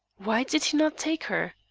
why did he not take her?